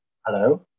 Hello